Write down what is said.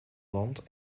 land